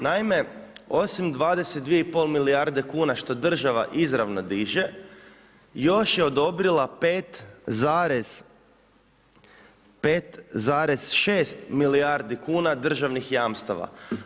Naime, osim 22,5 milijarde kuna što država izravno diže još je odobrila 5,6 milijardi kuna državnih jamstava.